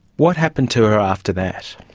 what happened to her after that?